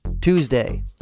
Tuesday